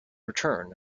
return